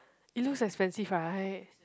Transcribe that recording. it looks expensive right